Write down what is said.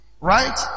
right